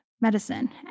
medicine